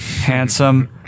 Handsome